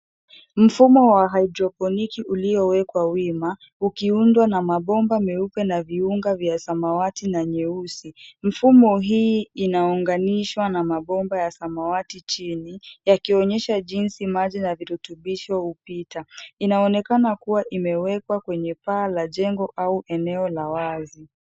Mfumo wa hidroponiki uliowekwa wima ukiundwa na mabomba meupe na viunga vya samawati na nyeusi. Mifumo hii inauganishwa na mabomba ya samawati chini yakionyesha jinsi maji na virutubisho upita. Inaonekana kuwa imewekwa kwenye paa la jengo au eneo la wazi.